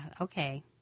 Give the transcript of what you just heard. okay